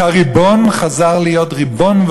שהריבון חזר להיות ריבון,